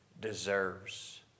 deserves